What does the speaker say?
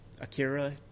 Akira